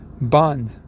bond